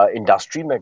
industry